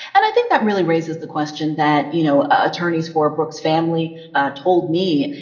and i think that really raises the question that, you know, attorneys for brooks' family told me,